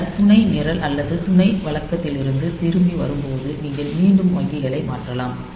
பின்னர் துணை நிரல் அல்லது துணை வழக்கத்திலிருந்து திரும்பி வரும்போது நீங்கள் மீண்டும் வங்கிகளை மாற்றலாம்